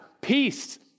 peace